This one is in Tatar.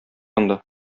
анда